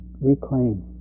reclaim